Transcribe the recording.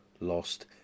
Lost